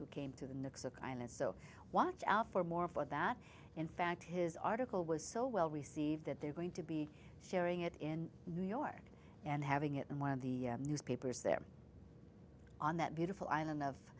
who came to the necks of kindness so watch out for more for that in fact his article was so well received that they're going to be sharing it in new york and having it in one of the newspapers there on that beautiful island of